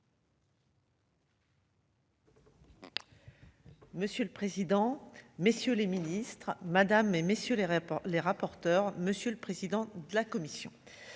Monsieur le président, messieurs les Ministres, Madame et messieurs les rapports, les rapporteurs, monsieur le président de la commission,